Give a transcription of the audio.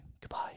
goodbye